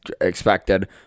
expected